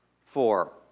Four